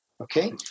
okay